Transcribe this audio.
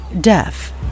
deaf